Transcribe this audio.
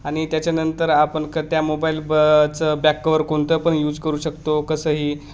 आणि त्याच्यानंतर आपण क त्या मोबाईल ब चं बॅकवर कोणतं पण यूज करू शकतो कसंही